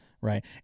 right